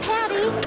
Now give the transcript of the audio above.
Patty